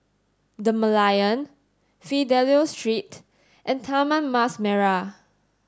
the Merlion Fidelio Street and Taman Mas Merah